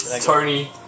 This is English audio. Tony